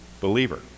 believer